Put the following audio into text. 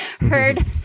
heard